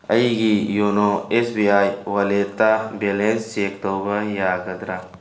ꯑꯩꯒꯤ ꯌꯣꯅꯣ S B I ꯋꯥꯜꯂꯦꯠꯇ ꯕꯦꯂꯦꯟꯁ ꯆꯦꯛ ꯇꯧꯕ ꯌꯥꯒꯗ꯭ꯔꯥ